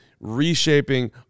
reshaping